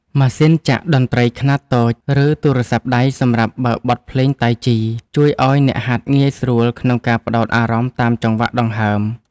ម៉ាស៊ីនចាក់តន្ត្រីខ្នាតតូច ឬទូរស័ព្ទដៃសម្រាប់បើកបទភ្លេងតៃជី ជួយឱ្យអ្នកហាត់ងាយស្រួលក្នុងការផ្ដោតអារម្មណ៍តាមចង្វាក់ដង្ហើម។